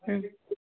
हूँ